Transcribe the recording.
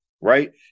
right